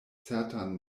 certan